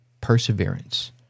perseverance